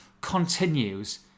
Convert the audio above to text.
continues